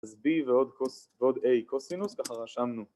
אז b ועוד a קוסינוס ככה רשמנו